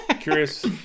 curious